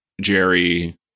Jerry